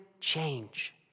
change